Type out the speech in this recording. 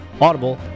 Audible